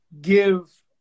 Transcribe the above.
give